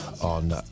on